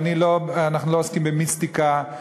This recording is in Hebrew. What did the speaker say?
ואנחנו לא עוסקים במיסטיקה,